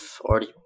already